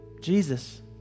Jesus